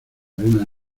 arena